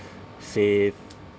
safe